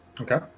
Okay